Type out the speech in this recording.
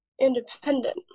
independent